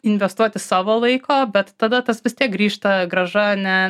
investuoti savo laiko bet tada tas vis tiek grįžta grąža ane